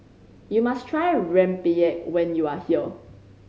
you must try rempeyek when you are here